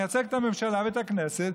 מייצג את הממשלה ואת הכנסת,